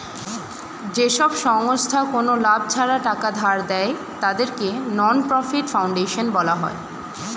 যেসব সংস্থা কোনো লাভ ছাড়া টাকা ধার দেয়, তাদেরকে নন প্রফিট ফাউন্ডেশন বলা হয়